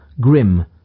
grim